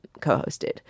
co-hosted